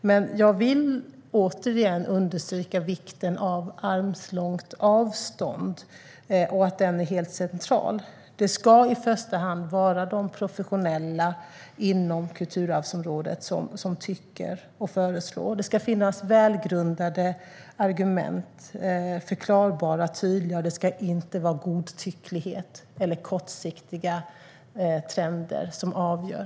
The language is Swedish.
Men jag vill återigen understryka vikten av armslångt avstånd. Det är helt centralt. Det ska i första hand vara de professionella inom kulturarvsområdet som tycker och föreslår. Det ska finnas välgrundade argument, förklarbara och tydliga, och det ska inte vara godtycklighet eller kortsiktiga trender som avgör.